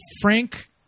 Frank